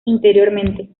interiormente